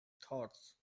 thoughts